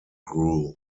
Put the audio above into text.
grew